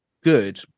good